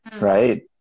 right